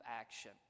action